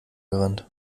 gerannt